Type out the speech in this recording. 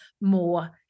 more